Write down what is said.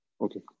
Okay